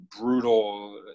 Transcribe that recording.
brutal